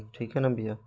ठीक है ना भैया